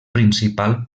principal